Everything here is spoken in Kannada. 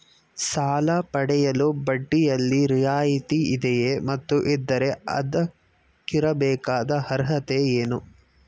ಸಾಲ ಪಡೆಯಲು ಬಡ್ಡಿಯಲ್ಲಿ ರಿಯಾಯಿತಿ ಇದೆಯೇ ಮತ್ತು ಇದ್ದರೆ ಅದಕ್ಕಿರಬೇಕಾದ ಅರ್ಹತೆ ಏನು?